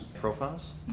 programs